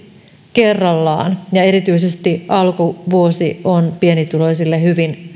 kerrallaan ja erityisesti alkuvuosi on pienituloisille hyvin